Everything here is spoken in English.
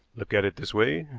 look at it this way,